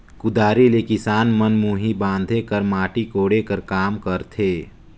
कुदारी ले किसान मन मुही बांधे कर, माटी कोड़े कर काम करथे